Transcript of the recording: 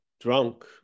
drunk